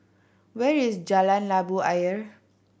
where is Jalan Labu Ayer